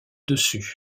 dessus